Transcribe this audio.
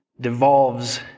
devolves